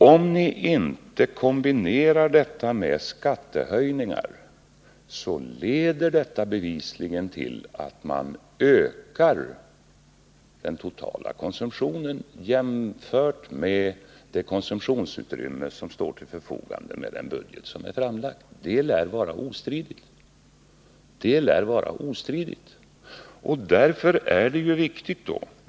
Om ni inte kombinerar dessa utgifter med skattehöjningar, så leder de förvisso till en ökning av den totala konsumtionen jämfört med det konsumtionsutrymme som står till förfogande enligt den budget som regeringen lagt fram. Det lär vara ostridigt.